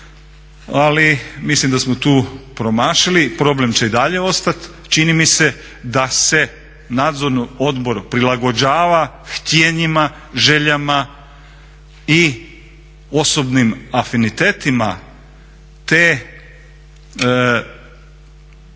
ali mislim da smo tu promašili. Problem će i dalje ostat. Čini mi se da se Nadzorni odbor prilagođava htijenjima, željama i osobnim afinitetima te vrlo